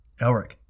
Elric